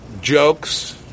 Jokes